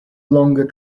longer